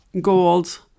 gold